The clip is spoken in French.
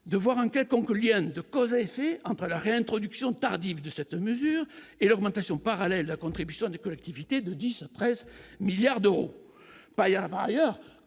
de voir un quelconque lien de cause à effet entre la réintroduction tardive de cette mesure et l'augmentation parallèle, la contribution des collectivités de 10 après 7 milliards d'euros par ailleurs